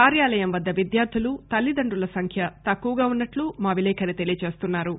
కార్యాలయం వద్ద విద్యార్థులు తల్లిదండ్రుల సంఖ్య తక్కువగా వున్పట్లు మా విలేఖరి తెలియజేస్తున్నా రు